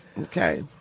Okay